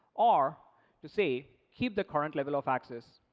or to say, keep the current level of access.